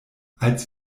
als